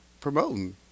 promoting